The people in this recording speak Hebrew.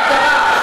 מה קרה?